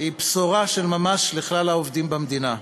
היא בשורה של ממש לכלל העובדים במדינה.